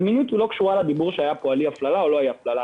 הזמינות לא קשורה לדיבור שהיה פה על הפללה או אי הפללה,